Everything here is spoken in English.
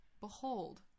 behold